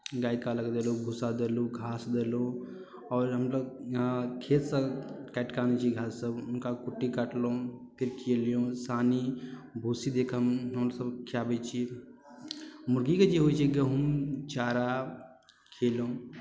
गायकेँ अलग देलहुँ भूसा देलहुँ घास देलहुँ आओर हमलोग खेतसँ काटि कऽ आनै छी घाससभ हुनका कुट्टी कटलहुँ फेर केलहुँ सानी भुस्सी दऽ कऽ हम हमसभ खिआबैत छी मुर्गीकेँ जे होइ छै गहूँम चारा खिएलहुँ